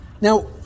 Now